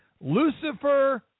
Lucifer